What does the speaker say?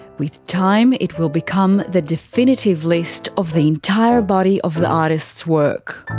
with time, it will become the definitive list of the entire body of the artist's work.